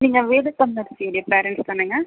நீங்கள் வேத சம்மபத்தினுடைய பேரண்ட்ஸ் தானங்க